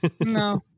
No